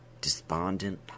despondent